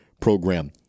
program